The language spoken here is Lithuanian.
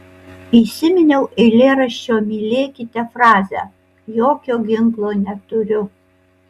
įsiminiau eilėraščio mylėkite frazę jokio ginklo neturiu